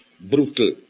brutal